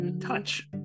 Touch